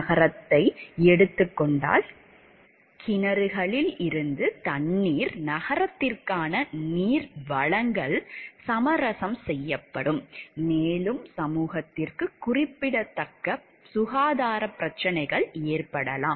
நகரத்தை எடுத்துக் கொண்டால் கிணறுகளில் இருந்து தண்ணீர் நகரத்திற்கான நீர் வழங்கல் சமரசம் செய்யப்படும் மேலும் சமூகத்திற்கு குறிப்பிடத்தக்க சுகாதார பிரச்சினைகள் ஏற்படலாம்